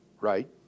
right